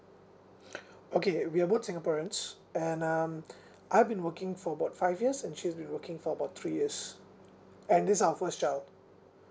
okay we are both singaporeans and um I've been working for about five years and she's been working for about three years and this is our first job